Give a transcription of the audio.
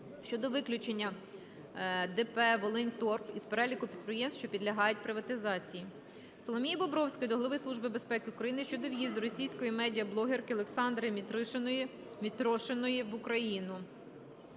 щодо виключення ДП "Волиньторф" із переліку підприємств, що підлягають приватизації. Соломії Бобровської до Голови Служби безпеки України щодо в'їзду російської медіа-блогерки Олександри Мітрошиної в Україну.